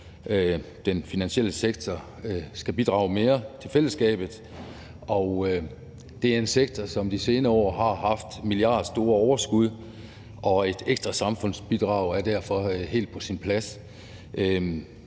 Den finansielle sektor skal bidrage mere til fællesskabet, og det er en sektor, som de senere år har haft milliardstore overskud, og et ekstra samfundsbidrag er derfor helt på sin plads,